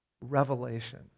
revelation